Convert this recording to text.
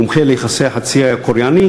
מומחה לחצי-האי הקוריאני,